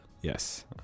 Yes